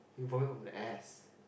you vomit from the ass